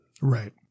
right